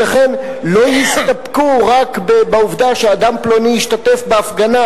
ולכן לא יסתפקו רק בעובדה שאדם פלוני השתתף בהפגנה,